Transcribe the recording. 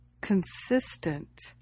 consistent